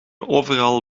overal